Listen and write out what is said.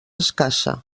escassa